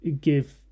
give